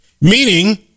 meaning